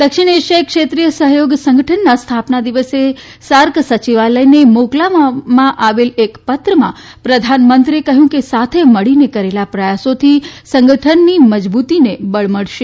દક્ષિણ એશિયાઈ ક્ષેત્રીય સહયોગ સંગઠનના સ્થાપના દિવસે સાર્ક સચિવાલયને મોકલવામાં આવેલ એક પત્રમાં પ્રધાનમંત્રીએ કહ્યું કે સાથે મળીને કરેલા પ્રયાસોથી સંગઠનની મજબૂતીને બળ મળશે